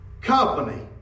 company